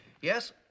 Yes